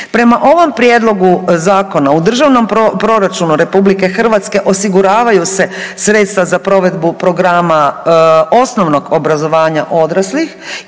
Prema ovom Prijedlogu zakona, u državnom proračunu RH osiguravaju se sredstva za provedbu programa osnovnog obrazovanja odraslih